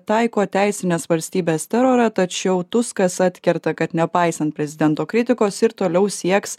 taiko teisinės valstybės terorą tačiau tuskas atkerta kad nepaisant prezidento kritikos ir toliau sieks